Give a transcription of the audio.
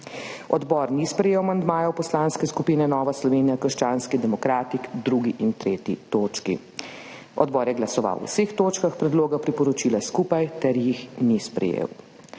Odbor ni sprejel amandmajev Poslanske skupine Nova Slovenija – krščanski demokrati k 2. in 3. točki. Odbor je glasoval o vseh točkah predloga priporočila skupaj ter jih ni sprejel.